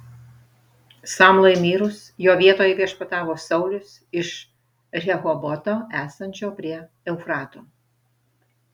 samlai mirus jo vietoje viešpatavo saulius iš rehoboto esančio prie eufrato